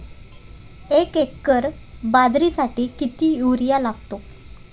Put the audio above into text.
एक एकर बाजरीसाठी किती युरिया लागतो?